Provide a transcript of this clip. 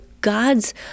God's